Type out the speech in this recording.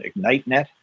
IgniteNet